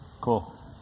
Cool